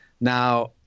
Now